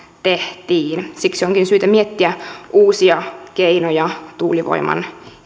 tehtiin siksi onkin syytä miettiä uusia keinoja tuulivoiman